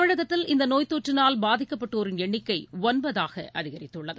தமிழகத்தில் இந்த நோய்த் தொற்றினால் பாதிக்கப்பட்டோரின் எண்ணிக்கை ஒன்பதாக அதிகரித்தள்ளது